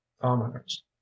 commoners